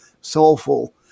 soulful